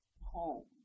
home